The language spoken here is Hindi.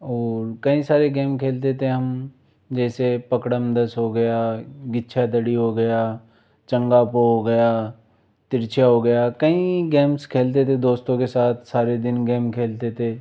और कई सारे गेम खेलते थे हम जैसे पकड़म दस हो गया गिच्छादडी हो गया चंगा पो हो गया तिरछा हो गया कहीं गेम्स खेलते थे दोस्तों के साथ सारे दिन गेम खेलते थे